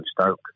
Stoke